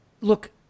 Look